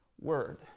word